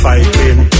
Fighting